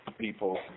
people